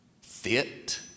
fit